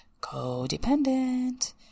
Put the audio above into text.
codependent